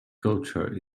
culture